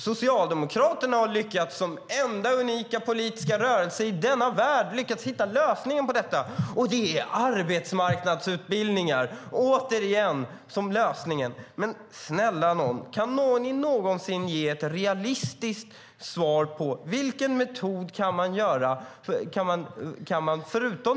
Socialdemokraterna har, som enda, unika, politiska rörelse i denna värld, lyckats hitta lösningen på detta, och det är arbetsmarknadsutbildningar. Kan någon någonsin ge ett realistiskt svar på vilken modell man ska använda?